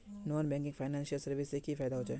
Non banking financial services से की फायदा होचे?